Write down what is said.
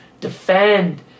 defend